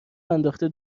انداخته